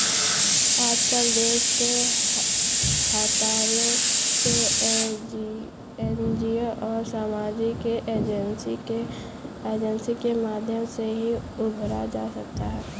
आजकल देश के हालातों से एनजीओ और सामाजिक एजेंसी के माध्यम से ही उबरा जा सकता है